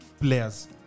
players